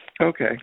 Okay